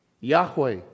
Yahweh